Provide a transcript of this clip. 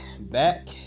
back